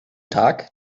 tag